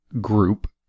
Group